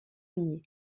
ier